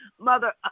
Mother